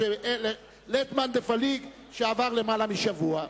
כשלית מאן דפליג שעבר למעלה משבוע.